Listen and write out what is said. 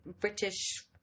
British